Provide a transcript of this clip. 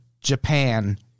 japan